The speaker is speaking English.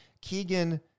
Keegan